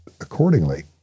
accordingly